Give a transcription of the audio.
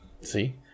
See